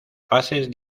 fases